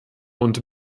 und